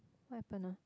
what happen ah